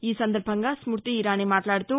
ఈ సందర్బంగా స్మృతి ఇరానీ మాట్లాడుతూ